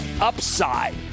upside